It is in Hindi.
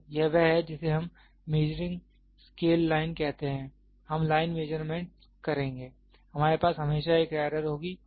तो यह वह है जिसे हम मेजरिंग स्केल लाइन कहते हैं हम लाइन मेजरमेंट करेंगे हमारे पास हमेशा एक एरर होगी